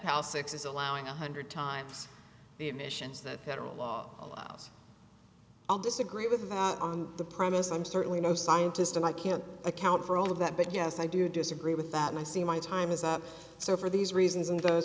is allowing one hundred times the emissions that federal law allows i'll disagree with on the promise i'm certainly no scientist and i can't account for all of that but yes i do disagree with that and i see my time is up so for these reasons and those